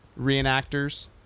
reenactors